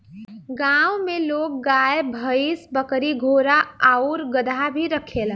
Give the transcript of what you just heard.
गांव में लोग गाय, भइस, बकरी, घोड़ा आउर गदहा भी रखेला